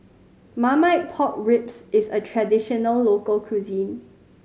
Marmite Pork Ribs is a traditional local cuisine